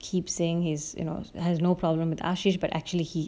keep saying his you know has no problem with ashey but actually he